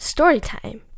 Storytime